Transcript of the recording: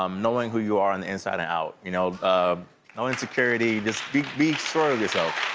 um knowing who you are on the inside and out. you know ah no insecurity. just be be sure of yourself.